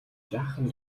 жаахан